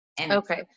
Okay